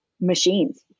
machines